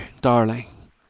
darling